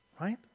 right